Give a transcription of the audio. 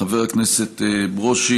חברות וחברי הכנסת, חבר הכנסת ברושי,